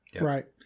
right